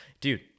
dude